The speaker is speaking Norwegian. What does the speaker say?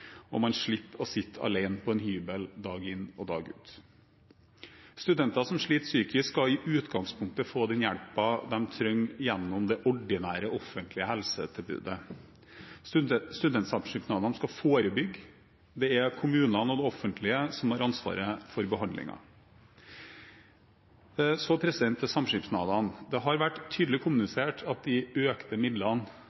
og man slipper å sitte alene på en hybel dag inn og dag ut. Studenter som sliter psykisk, skal i utgangspunktet få den hjelpen de trenger gjennom det ordinære offentlige helsetilbudet. Studentsamskipnadene skal forebygge – det er kommunene og det offentlige som har ansvaret for behandlingen. Så til samskipnadene: Det har vært tydelig